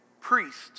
priests